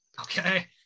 Okay